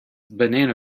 banana